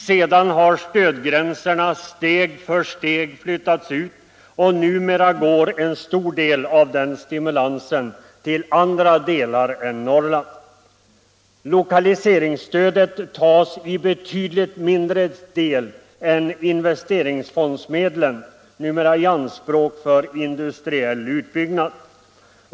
Sedan har stödgränserna steg för steg flyttats ut, och numera går en stor del av den stimulansen till andra delar än Norrland. Lokaliseringsstödet tas numera till betydligt mindre del än investeringsfondsmedlen i anspråk för industriell utbyggnad.